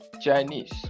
Chinese